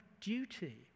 duty